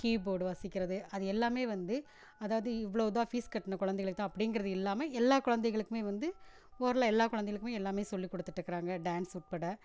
key board வாசிச்கிறது அது எல்லாம் வந்து அதாவது இவ்வளோ இதா ஃபீஸ் கட்டின கொழந்தைகளுக்குத்தான் அப்படிங்கிறது இல்லாமல் எல்லா கொழந்தைகளுக்குமே வந்து ஓரலாக எல்லா கொழந்தைகளுக்குமே எல்லாமே சொல்லிக் கொடுத்துட்ருக்குறாங்க டான்ஸ் உட்பட